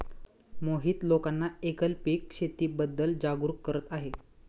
मोहित लोकांना एकल पीक शेतीबद्दल जागरूक करत आहे